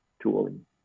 tooling